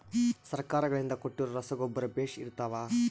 ಸರ್ಕಾರಗಳಿಂದ ಕೊಟ್ಟಿರೊ ರಸಗೊಬ್ಬರ ಬೇಷ್ ಇರುತ್ತವಾ?